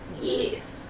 Yes